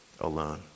alone